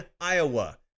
Iowa